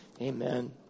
Amen